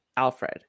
alfred